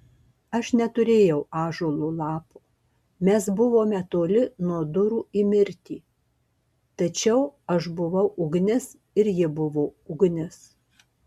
aš neturėjau ąžuolo lapo mes buvome toli nuo durų į mirtį tačiau aš buvau ugnis ir ji buvo ugnis